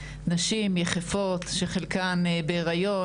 נשים יחפות שחלקן בהריון,